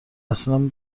اصلا